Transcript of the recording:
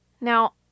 now